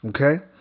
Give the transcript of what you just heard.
Okay